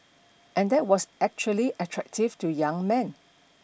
and that was actually attractive to young men